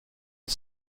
une